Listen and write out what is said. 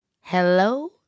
Hello